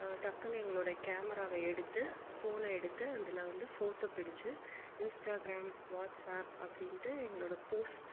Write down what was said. டக்குனு எங்களுடைய கேமராவை எடுத்து ஃபோனை எடுத்து அதில் வந்து ஃபோட்டோ பிடித்து இன்ஸ்டாகிராம் வாட்ஸப் அப்படின்ட்டு எங்களோடய போஸ்ட்